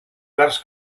verds